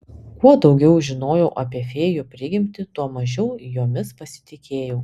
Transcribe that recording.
kuo daugiau žinojau apie fėjų prigimtį tuo mažiau jomis pasitikėjau